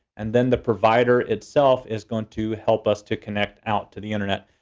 and then the provider itself is going to help us to connect out to the internet.